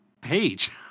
page